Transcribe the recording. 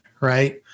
right